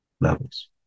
levels